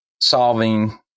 solving